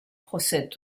procèdent